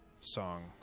song